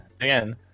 Again